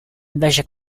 invece